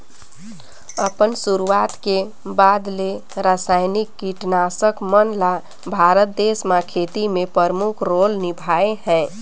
अपन शुरुआत के बाद ले रसायनिक कीटनाशक मन ल भारत देश म खेती में प्रमुख रोल निभाए हे